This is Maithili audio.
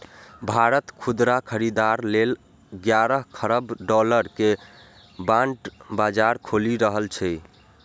भारत खुदरा खरीदार लेल ग्यारह खरब डॉलर के बांड बाजार खोलि रहल छै